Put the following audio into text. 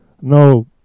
no